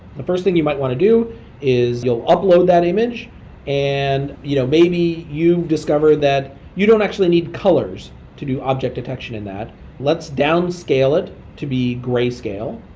the first thing you might want to do is you'll upload that image and you know maybe you discover that you don't actually need colors to do object detection in that let's downscale it to be grayscale.